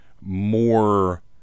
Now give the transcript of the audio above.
more